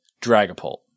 Dragapult